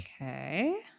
Okay